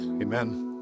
Amen